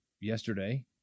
yesterday